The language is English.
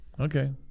Okay